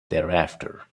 thereafter